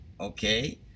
Okay